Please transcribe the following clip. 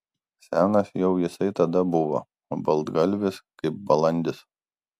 senas jau jisai tada buvo baltgalvis kaip balandis